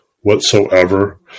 whatsoever